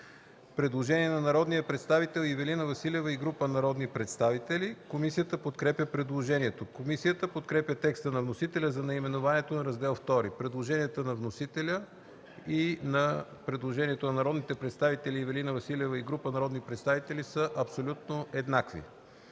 предложение от народния представител Ивелина Василева и група народни представители. Комисията подкрепя предложението. Комисията подкрепя текста на вносителя за наименованието на Раздел ІІ. Предложенията на вносителя и предложението на народния представител Ивелина Василева и група народни представители са абсолютно еднакви.